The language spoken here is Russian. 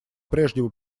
прежнему